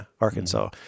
Arkansas